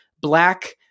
black